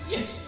Yes